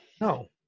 No